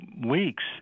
weeks